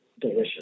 delicious